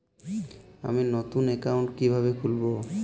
আমি নতুন অ্যাকাউন্ট কিভাবে খুলব?